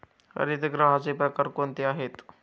हरितगृहाचे प्रकार कोणते आहेत?